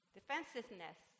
defensiveness